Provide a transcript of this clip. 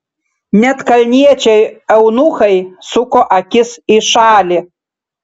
net kalniečiai eunuchai suko akis į šalį